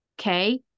Okay